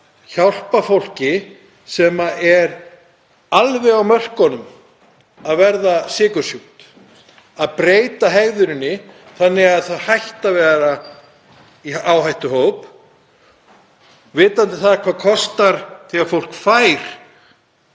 hjálpa fólki sem er alveg á mörkunum að verða sykursjúkt að breyta hegðuninni þannig að það hætti að vera í áhættuhópi. Vitandi það hvað það kostar þegar fólk fær